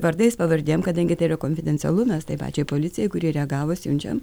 vardais pavardėm kadangi tai yra konfidencialu mes tai pačiai policijai kuri reagavo siunčiam